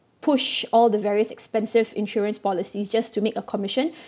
push all the various expensive insurance policies just to make a commission